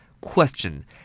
Question